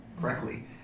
correctly